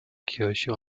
kirche